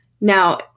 Now